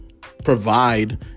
provide